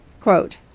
Quote